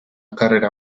carrera